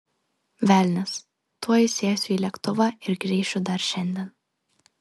velnias tuoj sėsiu į lėktuvą ir grįšiu dar šiandien